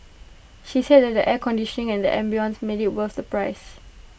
she said that the air conditioning and the ambience made IT worth the price